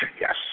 yes